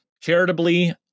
Charitably